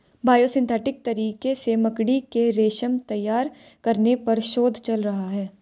biosynthetic तरीके से मकड़ी के रेशम तैयार करने पर शोध चल रहा है